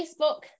Facebook